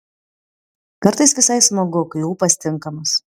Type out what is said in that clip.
kartais visai smagu kai ūpas tinkamas